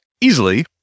easily